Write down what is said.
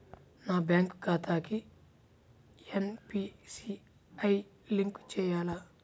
నా బ్యాంక్ ఖాతాకి NPCI link చేయాలా?